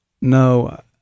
no